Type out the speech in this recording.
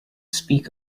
speak